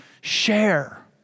share